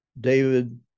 David